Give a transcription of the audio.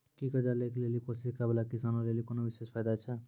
कि कर्जा लै के लेली कोशिश करै बाला किसानो लेली कोनो विशेष फायदा छै?